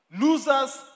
Losers